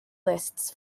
lists